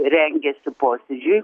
rengiasi posėdžiui